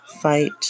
Fight